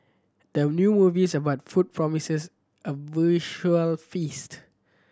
the new movies about food promises a visual feast